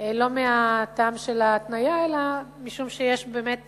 לא מהטעם של ההתניה אלא משום שבאמת